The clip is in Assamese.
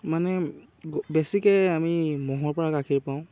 মানে বেছিকে আমি ম'হৰ পৰা গাখীৰ পাওঁ